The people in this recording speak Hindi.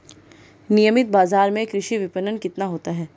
नियमित बाज़ार में कृषि विपणन कितना होता है?